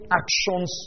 actions